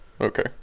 Okay